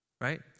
right